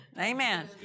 Amen